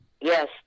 Yes